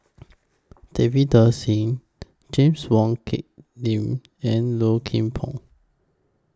Davinder Singh James Wong Tuck Yim and Low Kim Pong